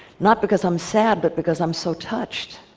not because i'm sad but because i'm so touched